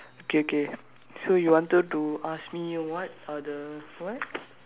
K K so you wanted to ask me what are the what